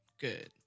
good